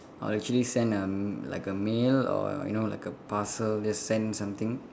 I'll actually send a like a mail or you know like a parcel just send something